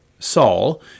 Saul